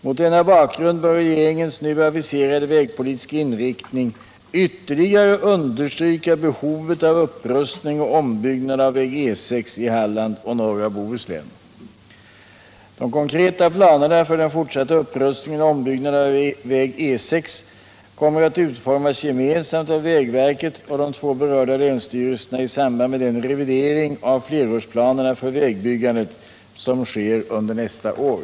Mot denna bakgrund bör regeringens nu aviserade vägpolitiska inriktning ytterligare understryka behovet av upprustning och ombyggnad av väg E 6 i Halland och norra Bohuslän. De konkreta planerna för den fortsatta upprustningen och ombyggnaden av väg E6 kommer att utformas gemensamt av vägverket och de två berörda länsstyrelserna i samband med den revidering av flerårsplanerna för vägbyggandet som sker under nästa år.